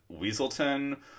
Weaselton